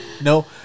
No